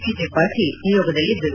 P Tripathi ನಿಯೋಗದಲ್ಲಿದ್ದರು